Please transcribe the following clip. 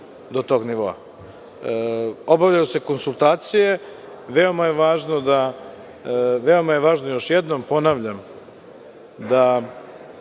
do tog nivoa. Obavljaju se konsultacije. Veoma je važno, veoma je važno, još jednom ponavljam, da